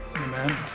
Amen